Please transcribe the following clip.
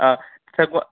आह्